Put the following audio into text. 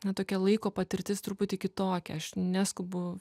na tokia laiko patirtis truputį kitokia aš neskubu